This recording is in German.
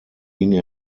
ging